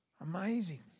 Amazing